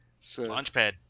Launchpad